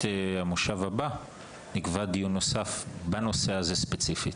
המושב הבא נקבע דיון נוסף בנושא הזה ספציפית,